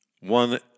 one